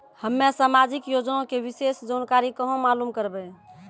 हम्मे समाजिक योजना के विशेष जानकारी कहाँ मालूम करबै?